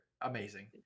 Amazing